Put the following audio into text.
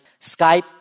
Skype